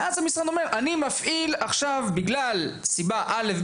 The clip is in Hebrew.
ואז המשרד אומר: בגלל סיבה א.